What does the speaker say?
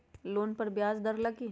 Loan पर ब्याज दर लगी?